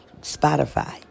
Spotify